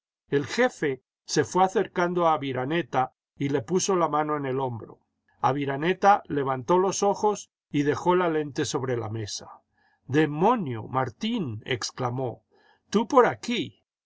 el jefe se fué acercando a aviraneta y le puso la mano en el hombro aviraneta levantó los ojos y dejó la lente sobre la mesa demonio martín exclamó tú por aquí